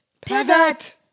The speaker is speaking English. Pivot